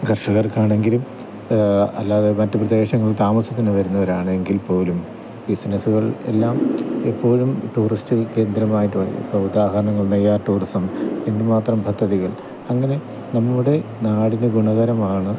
കർഷകർക്കാണെങ്കിലും അല്ലാതെ മറ്റു പ്രദേശങ്ങളിൽ താമസത്തിന് വരുന്നവരാണെങ്കിൽപ്പോലും ബിസിനസ്സുകൾ എല്ലാം എപ്പോഴും ടൂറിസ്റ്റ് കേന്ദ്രമായിട്ട് ഇപ്പോൾ ഉദാഹരണങ്ങൾ നെയ്യാര് ടൂറിസം എന്തുമാത്രം പദ്ധതികൾ അങ്ങനെ നമ്മളുടെ നാടിന് ഗുണകരമാണ്